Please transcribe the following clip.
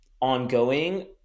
ongoing